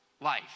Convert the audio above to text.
life